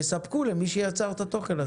יספקו למי שיצר את התוכן הזה.